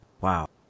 Wow